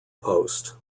post